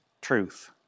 truth